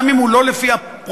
גם אם הוא לא לפי הפרוטוקול,